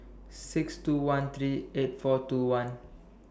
six two one three eight four two one